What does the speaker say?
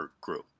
Group